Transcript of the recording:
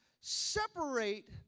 separate